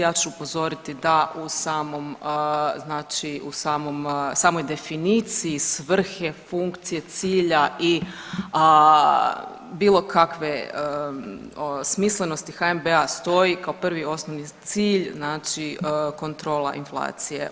Ja ću upozoriti da u samom, znači samoj definiciji svrhe funkcije cilja i bilo kakve smislenosti HNB-a stoji kao prvi i osnovni cilj, znači kontrola inflacije.